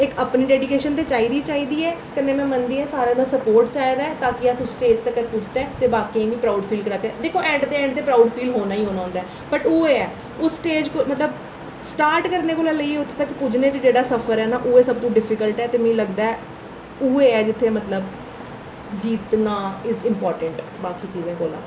इक अपनी डैडिकेशन ते चाहिदी गै चाहिदी ऐ कन्नै में मनदी आं सारें दा सपोर्ट चाहिदा ऐ ता कि अस उस स्टेज तक्कर पुजचै बाकियें गी बी प्रोड़ फील कराचै दिक्खो हैन ते हैन प्रौड़ फील होना गै होंदा ऐ बट ओह् है उस स्टैज पर मतलब स्टार्ट करने कोला लेइयै उत्थै तक्कर पुज्जने च जेबह्ड़ा सफर ऐ ना ओह् सबतूं डिफिकल्ट ऐ ते मिगी लगदा ऐ उ'ऐ ऐ जित्थै मतलब जित्तना इक इंपार्टैंट बाकी दूएं कोला